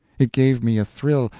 it gave me a thrill,